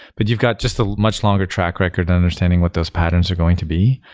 but you've got just a much longer track record in understanding what those patterns are going to be.